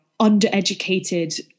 undereducated